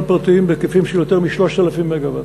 פרטיים בהיקפים של יותר מ-3,000 מגה-ואט.